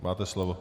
Máte slovo.